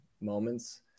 moments